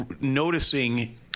noticing